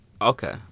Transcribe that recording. Okay